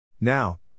Now